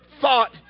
thought